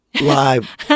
live